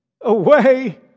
away